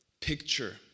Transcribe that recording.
picture